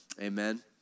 Amen